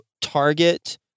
target